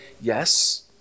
yes